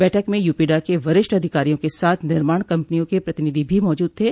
बैठक में यूपीडा के वरिष्ठ अधिकारियों के साथ निर्माण कम्पनियों के प्रतिनिधि भी मौजूद थे